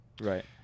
Right